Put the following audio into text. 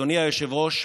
אדוני היושב-ראש,